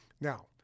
Now